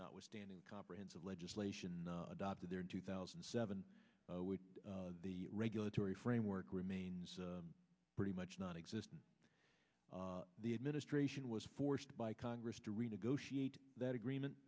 not withstanding comprehensive legislation adopted there in two thousand and seven the regulatory framework remains pretty much nonexistent the administration was forced by congress to renegotiate that agreement